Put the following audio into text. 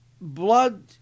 blood